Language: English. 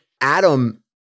Adam